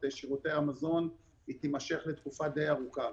שירותי המזון תימשך לתקופה די ארוכה.